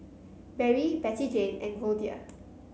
Barry Bettyjane and Goldia